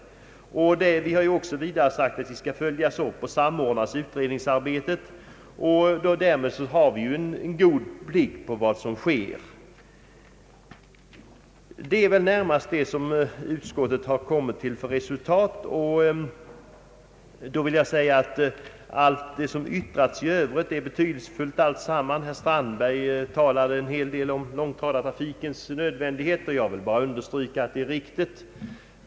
Vidare har vi sagt att utredningsarbetet skall följas upp och samordnas för att vi skall få en god blick på vad som sker. Detta är närmast det resultat utskottet kommit till. även vad som i övrigt anförts är betydelsefullt. Herr Strandberg talade en hel del om långtradartrafikens nödvändighet. Jag vill understryka att detta är riktigt.